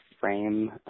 frame